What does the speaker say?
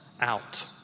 out